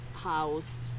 house